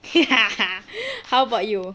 how about you